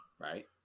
Right